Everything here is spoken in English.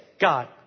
God